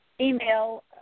email